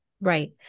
Right